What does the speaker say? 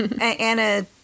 Anna